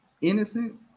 innocent